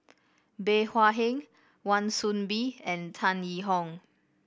Bey Hua Heng Wan Soon Bee and Tan Yee Hong